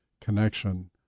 connection